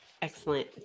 Excellent